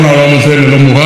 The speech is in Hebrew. ללא משוא פנים.